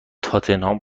تاتنهام